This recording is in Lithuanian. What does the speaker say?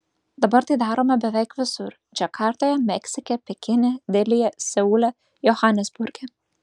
dabar tai daroma beveik visur džakartoje meksike pekine delyje seule johanesburge